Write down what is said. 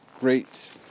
great